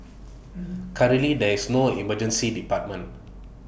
currently there is no Emergency Department